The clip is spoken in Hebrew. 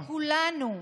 וזה מסכן את כולנו.